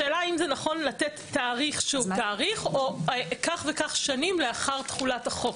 השאלה אם נכון לתת תאריך שהוא תאריך או כך וכך שנים לאחר תחולת החוק,